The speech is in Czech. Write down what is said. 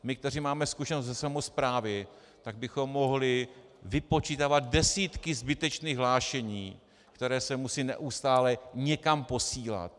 My, kteří máme zkušenost ze samosprávy, bychom mohli vypočítávat desítky zbytečných hlášení, která se musejí neustále někam posílat.